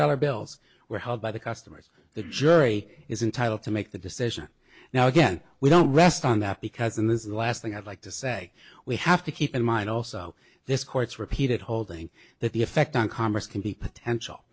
dollar bills were held by the customers the jury is entitle to make the decision now again we don't rest on that because and this is the last thing i'd like to say we have to keep in mind also this court's repeated holding that the effect on commerce can be potential